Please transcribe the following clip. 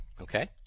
Okay